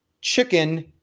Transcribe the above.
chicken